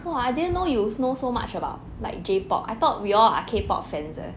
!wah! I didn't know you know so much about like J pop I thought we all are K pop fans leh